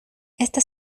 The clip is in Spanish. esta